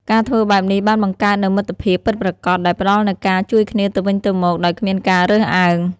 ការធ្វើបែបនេះបានបង្កើតនូវមិត្តភាពពិតប្រាកដដែលផ្តល់នូវការជួយគ្នាទៅវិញទៅមកដោយគ្មានការរើសអើង។